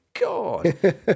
God